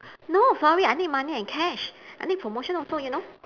no sorry I need money and cash I need promotion also you know